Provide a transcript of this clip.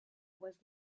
was